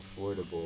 affordable